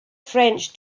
french